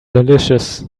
delicious